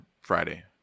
Friday